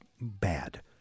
Bad